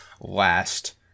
last